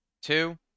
Two